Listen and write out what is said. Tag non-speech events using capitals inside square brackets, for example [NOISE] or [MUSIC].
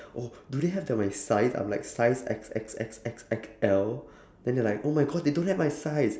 oh do they have the my size I'm like size X X X X X L [BREATH] then they're like oh my god they don't have my size